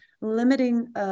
limiting